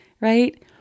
right